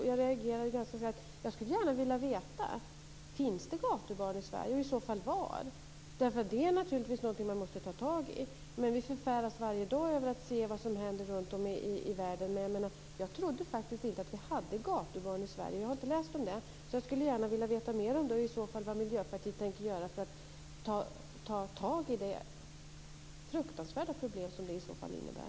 Jag reagerade ganska starkt. Jag skulle gärna vilja veta om det finns gatubarn i Sverige och i så fall var. Det är naturligtvis något som man måste ta tag i. Vi förfäras varje dag över att se vad som händer runtom i världen, men jag trodde faktiskt inte att vi hade gatubarn i Sverige. Jag har inte läst om det, så jag skulle gärna vilja veta mer om det och vad Miljöpartiet tänker göra för att ta tag i det fruktansvärda problem som det i så fall innebär.